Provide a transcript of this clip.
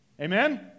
Amen